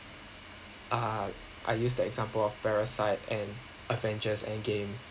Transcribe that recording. uh I use the example of parasite and avengers endgame